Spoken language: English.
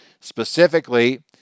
specifically